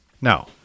Now